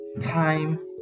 time